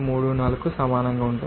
34 కు సమానంగా ఉంటుంది